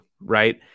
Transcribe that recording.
right